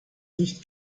nicht